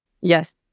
Yes